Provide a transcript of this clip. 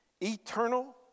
Eternal